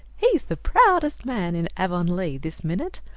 he's the proudest man in avonlea this minute.